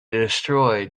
destroyed